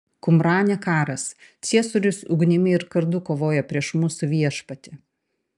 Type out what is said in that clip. kumrane karas ciesorius ugnimi ir kardu kovoja prieš mūsų viešpatį